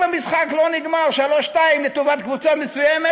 אם המשחק לא נגמר 2 3 לטובת קבוצה מסוימת,